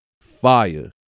fire